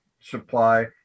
supply